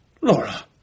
Laura